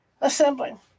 assembling